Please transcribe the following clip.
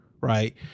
right